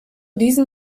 diesen